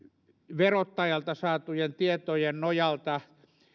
verottajalta saatujen tietojen nojalta